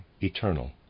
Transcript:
eternal